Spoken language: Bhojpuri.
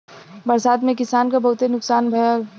बरसात में किसान क बहुते नुकसान भयल